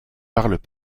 parlent